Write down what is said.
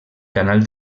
canal